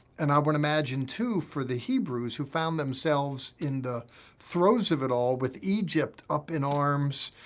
and i would imagine too, for the hebrews who found themselves in the throes of it all with egypt up in arms,